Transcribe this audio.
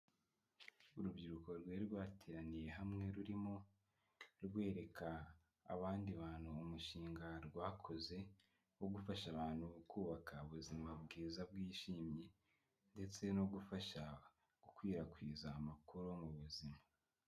Urubyiruko rwari rwateraniye hamwe rurimo, rwereka abandi bantu umushinga rwakoze, wo gufasha abantu kubaka ubuzima bwiza bwishimye ndetse no gufasha gukwirakwiza amakuru mu buzima.